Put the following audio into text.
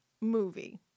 movie